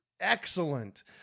Excellent